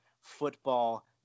football